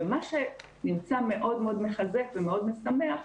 ומה שנמצא מאוד מאוד מחזק ומאוד משמח,